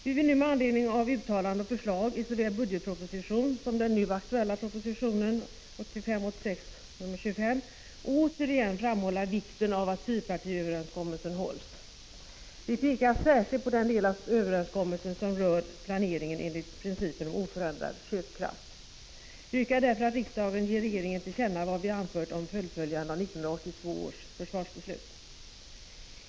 Vi vill nu med anledning av uttalanden och förslag i såväl budgetpropositionen som i den nu aktuella propositionen 1985/86:25 återigen framhålla vikten av att fyrpartiöverenskommelsen hålls. Vi pekar särskilt på den del av överenskommelsen som rör planeringen enligt principen om oförändrad köpkraft. Vi yrkar därför att riksdagen ger regeringen till känna vad vi anfört om fullföljande av 1982 års försvarsbeslut.